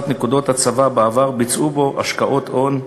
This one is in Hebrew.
נקודות הצבה בעבר וביצעו בו השקעות הון,